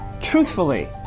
truthfully